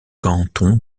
cantons